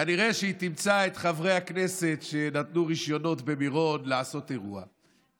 כנראה היא תמצא את חברי הכנסת שנתנו רישיונות לעשות אירוע במירון,